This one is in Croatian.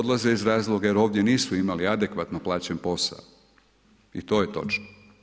Odlaze iz razloga jer ovdje nisu imali adekvatno plaćen posao i to je točno.